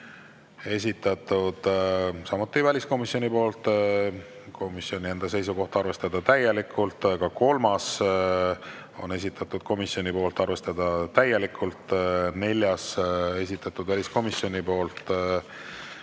esitatud samuti väliskomisjoni poolt, komisjoni enda seisukoht on arvestada täielikult. Ka kolmas on esitatud komisjoni poolt, arvestada täielikult. Neljas on esitatud väliskomisjoni poolt